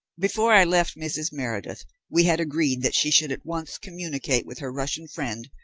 before i left mrs. meredith we had agreed that she should at once communicate with her russian friend,